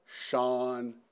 Sean